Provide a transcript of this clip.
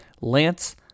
Lance